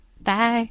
Bye